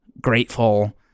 grateful